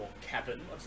cabin